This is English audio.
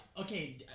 Okay